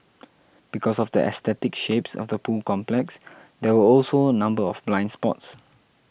because of the aesthetic shapes of the pool complex there were also a number of blind spots